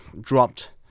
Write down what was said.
dropped